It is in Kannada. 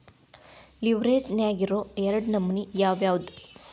ಲಿವ್ರೆಜ್ ನ್ಯಾಗಿರೊ ಎರಡ್ ನಮನಿ ಯಾವ್ಯಾವ್ದ್?